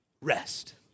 rest